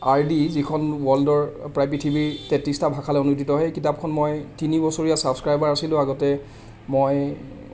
R ডি যিখন ৱৰ্লডৰ প্ৰায় পৃথিৱী তেত্ৰিছটা ভাষালৈ অনুবাদিত হয় সেই কিতাপখন মই তিনিবছৰীয়া ছাবস্ক্ৰাইবাৰ আছিলোঁ আগতে মই